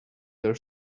their